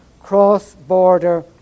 cross-border